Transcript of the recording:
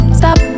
stop